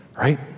right